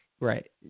Right